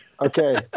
Okay